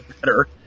better